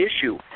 issue